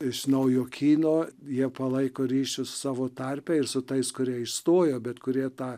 iš naujokyno jie palaiko ryšius savo tarpe ir su tais kurie išstojo bet kurie tą